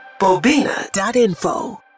bobina.info